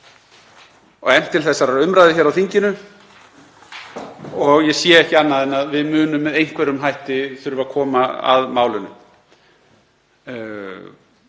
og efnt til þessarar umræðu á þinginu. Ég sé ekki annað en að við munum með einhverjum hætti þurfa að koma að málinu.